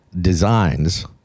Designs